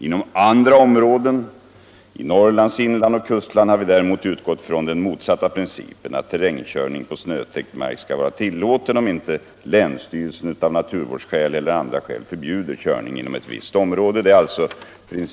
Inom andra områden i Norrlands inland och kustland har vi däremot utgått från den motsatta principen att terrängkörning på snötäckt mark skall vara tillåten om inte länsstyrelsen av naturvårdsskäl eller andra skäl förbjuder körning inom ett visst område.